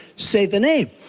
say the name.